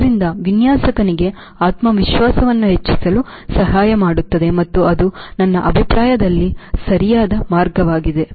ಆದ್ದರಿಂದ ವಿನ್ಯಾಸಕನಿಗೆ ಆತ್ಮವಿಶ್ವಾಸವನ್ನು ಹೆಚ್ಚಿಸಲು ಸಹಾಯ ಮಾಡುತ್ತದೆ ಮತ್ತು ಅದು ನನ್ನ ಅಭಿಪ್ರಾಯದಲ್ಲಿ ಸರಿಯಾದ ಮಾರ್ಗವಾಗಿದೆ